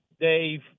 Dave